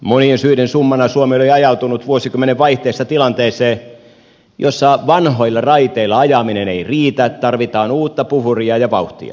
monien syiden summana suomi oli ajautunut vuosikymmenen vaihteessa tilanteeseen jossa vanhoilla raiteilla ajaminen ei riitä tarvitaan uutta puhuria ja vauhtia